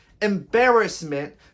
embarrassment